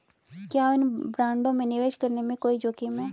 क्या इन बॉन्डों में निवेश करने में कोई जोखिम है?